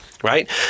Right